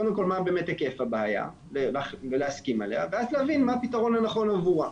קודם כל מה היקף הבעיה ולהסכים עליה ואז להבין מה הפתרון הנכון עבורה.